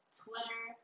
twitter